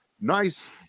nice